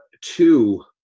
two